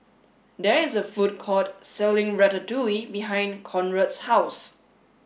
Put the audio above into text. there is a food court selling Ratatouille behind Conrad's house